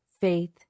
faith